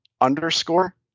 underscore